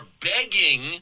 begging